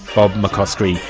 bob mccoskrie,